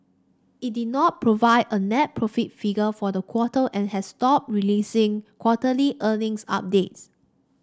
it did not provide a net profit figure for the quarter and has stopped releasing quarterly earnings updates